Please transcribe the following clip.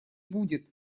будет